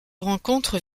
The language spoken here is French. rencontre